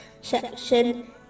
section